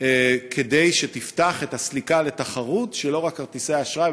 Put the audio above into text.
כדי שתפתח את הסליקה לתחרות, לא רק כרטיסי האשראי.